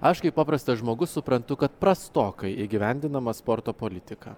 aš kaip paprastas žmogus suprantu kad prastokai įgyvendinama sporto politika